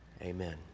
Amen